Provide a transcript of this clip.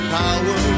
power